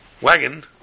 wagon